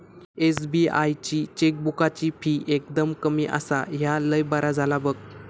SBI ची चेकबुकाची fee एकदम कमी आसा, ह्या लय बरा झाला बघ